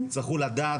הם יצטרכו לדעת,